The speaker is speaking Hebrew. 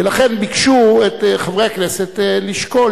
ולכן ביקשו מחברי הכנסת לשקול